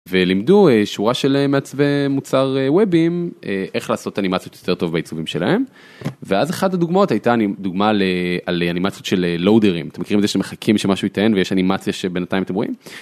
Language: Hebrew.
ולימדו שורה של מעצבי מוצר וובים, איך לעשות אנימציות יותר טוב בעיצובים שלהם. ואז אחת הדוגמאות הייתה דוגמה על אנימציות של לורדרים, אתם מכירים את זה שמחכים שמשהו יטען ויש אנימציה שבינתיים אתם רואים.